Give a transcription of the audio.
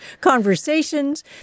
conversations